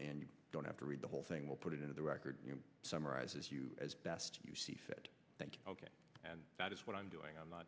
and you don't have to read the whole thing will put it into the record you know summarizes you as best you see fit thank you ok and that is what i'm doing i'm not